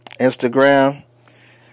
Instagram